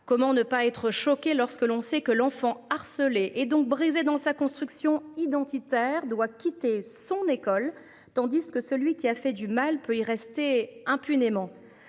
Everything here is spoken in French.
Comment ne pas être choqué lorsque l'on sait que l'enfant harcelé et donc brisé dans sa construction identitaire doit quitter son école tandis que celui qui a fait du mal peut y rester impunément.